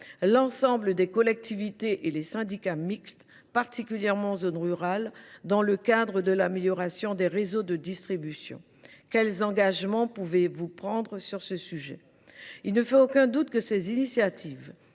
l’ensemble des collectivités et des syndicats mixtes, particulièrement en zone rurale, dans la perspective d’une amélioration des réseaux de distribution. Quels engagements pouvez vous prendre en la matière ? Il ne fait aucun doute que les initiatives